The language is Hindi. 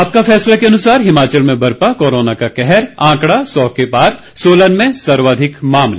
आपका फैसला के अनुसार हिमाचल में बरपा कोरोना का कहर आंकड़ा सौ के पार सोलन में सर्वाधिक मामले